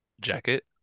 jacket